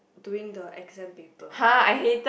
doing the exam paper